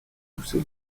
repousser